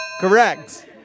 Correct